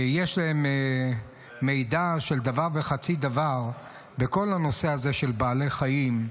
יש להם מידע של דבר וחצי דבר בכל הנושא הזה של בעלי חיים,